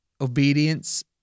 Obedience